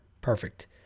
perfect